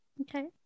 Okay